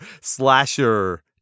slasher